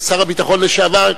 שר הביטחון לשעבר,